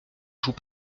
joue